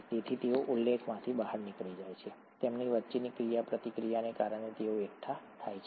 તેથી તેઓ ઉકેલમાંથી બહાર નીકળી જાય છે તેમની વચ્ચેની ક્રિયાપ્રતિક્રિયાને કારણે તેઓ એકઠા થાય છે